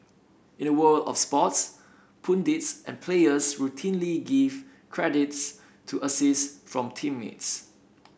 in the world of sports pundits and players routinely give credits to assists from teammates